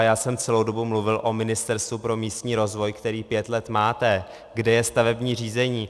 Já jsem celou dobu mluvil o Ministerstvu pro místní rozvoj, které pět let máte, kde je stavební řízení.